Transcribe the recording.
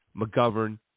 McGovern